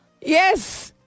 Yes